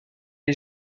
est